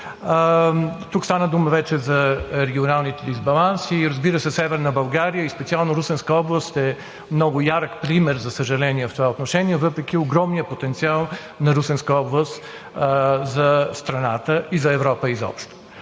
вече стана дума за регионалния дисбаланс, разбира се, Северна България и специално Русенска област е много ярък пример, за съжаление, в това отношение, въпреки огромния потенциал на Русенска област за страната и за Европа изобщо.